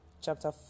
Chapter